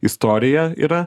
istorija yra